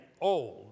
old